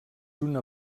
una